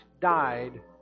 died